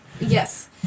yes